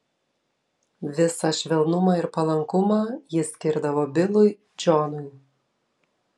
visą švelnumą ir palankumą jis skirdavo bilui džonui